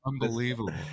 unbelievable